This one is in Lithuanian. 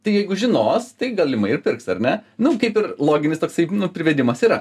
tai jeigu žinos tai galimai ir pirks ar ne nu kaip ir loginis toksai privedimas yra